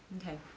Okay